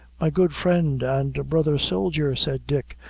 my good friend and brother soldier, said dick,